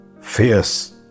Fierce